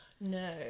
No